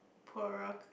poorer